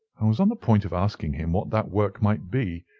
i was on the point of asking him what that work might be,